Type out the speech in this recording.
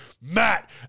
Matt